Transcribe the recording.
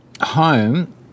home